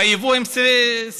והיבוא עם סלמונלה.